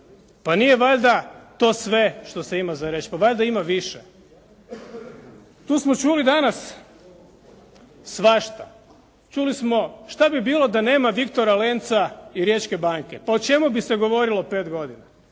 Pa nije valjda to sve što se ima za reći. Pa valjda ima više. Tu smo čuli danas svašta. Čuli smo šta bi bilo da nema "Viktora Lenca" i Riječke banke. Pa o čemu bi se govorilo 5 godina?